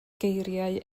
geiriau